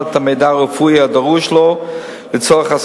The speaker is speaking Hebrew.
אדוני היושב-ראש, היו